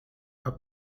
are